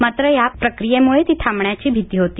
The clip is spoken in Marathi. मात्र या प्रक्रियेमुळे ती थांबण्याची भीती होती